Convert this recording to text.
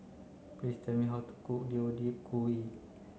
please tell me how to cook Deodeok gui